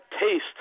taste